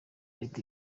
leta